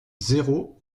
zéro